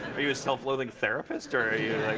are you a self-loathing therapist? or are you, like